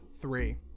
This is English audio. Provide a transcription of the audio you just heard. three